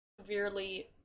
severely